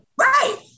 Right